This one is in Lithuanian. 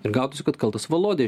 ir gautųsi kad kaltas valodė